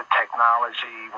technology